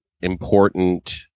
important